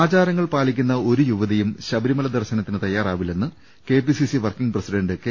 ആചാരങ്ങൾ പാലിക്കുന്ന ഒരു യുവതിയും ശബരിമല ദർശനത്തിന് തയാറാവില്ലെന്ന് കെപിസിസി വർക്കിംഗ് പ്രസിഡന്റ് കെ